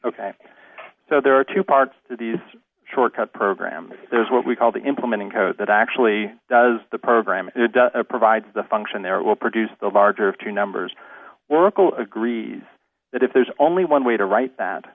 ok so there are two parts to these short cut programs there's what we call the implementing code that actually does the program and it provides the function there will produce the larger of two numbers workable agrees that if there's only one way to write that